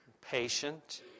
patient